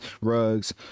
rugs